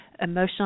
emotional